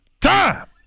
time